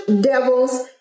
devils